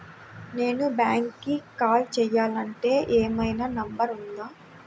నేను బ్యాంక్కి కాల్ చేయాలంటే ఏమయినా నంబర్ ఉందా?